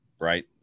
right